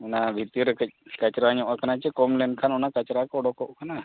ᱚᱱᱟ ᱵᱷᱤᱛᱤᱨ ᱨᱮ ᱠᱟᱹᱡ ᱠᱟᱪᱨᱟ ᱧᱚᱜ ᱟᱠᱟᱱᱟ ᱥᱮ ᱠᱚᱢ ᱞᱮᱱᱠᱷᱟᱱ ᱚᱱᱟ ᱠᱟᱪᱨᱟ ᱠᱚ ᱚᱰᱳᱠᱚᱜ ᱠᱟᱱᱟ